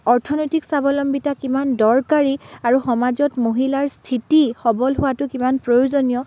অৰ্থনৈতিক স্বাৱলম্বিতা কিমান দৰকাৰী আৰু সমাজত মহিলাৰ স্থিতি সবল হোৱাটো কিমান প্ৰয়োজনীয়